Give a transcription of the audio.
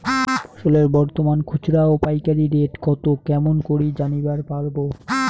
ফসলের বর্তমান খুচরা ও পাইকারি রেট কতো কেমন করি জানিবার পারবো?